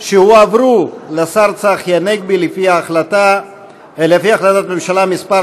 שהועברו לשר צחי הנגבי לפי החלטת הממשלה מס'